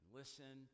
listen